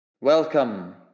Welcome